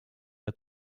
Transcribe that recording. der